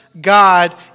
God